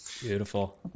Beautiful